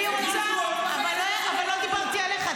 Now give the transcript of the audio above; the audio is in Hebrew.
אבל לא דיברתי עליך.